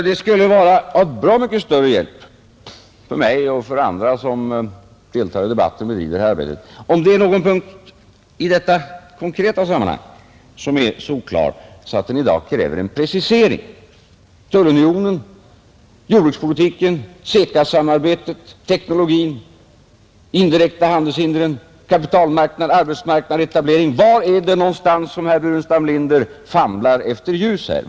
Det skulle vara till bra mycket större hjälp för mig och för andra, som deltar i debatten och driver det här arbetet, att få veta om det är någon punkt i detta konkreta sammanhang som är så oklar att den kräver en precisering. Tullunionen, jordbrukspolitiken, CECA-samarbetet, teknologin, de indirekta handelshindren, kapitalmarknaden, arbetsmarknaden, etableringen — var är det någonstans som herr Burenstam Linder famlar efter ljus här?